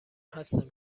هستم